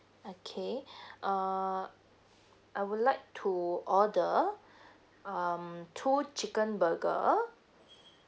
okay err I would like to order um two chicken burger